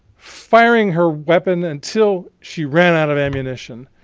firing her weapon until she ran out of ammunition.